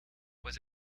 was